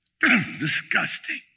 Disgusting